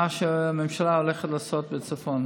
מה הממשלה הולכת לעשות בצפון,